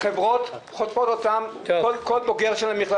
עידו,